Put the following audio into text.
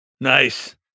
nice